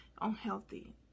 unhealthy